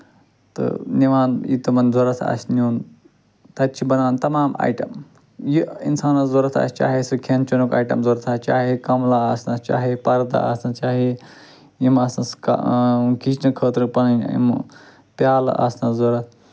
تہٕ نِوان ییٚتہِ تِمَن ضروٗرت آسہِ نِیُن تَتہِ چھِ بَنان تَمام آیٹم یہِ اِنسانَس ضروٗرت آسہِ چاہے سُہ کھٮ۪ن چٮ۪نُک آیٹم ضروٗرت آسہِ چاہے کَملہٕ آسنَس چاہے پَردٕ آسنَس چاہے یِم آسنَس کِچنہٕ خٲطرٕ پَنٕنۍ یِم پیٛالہٕ آسنَس ضروٗرت